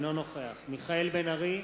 אינו נוכח מיכאל בן-ארי,